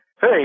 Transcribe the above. hey